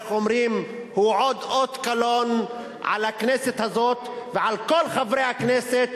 הוא עוד אות קלון לכנסת הזאת ולכל חברי הכנסת